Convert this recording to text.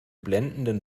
blendenden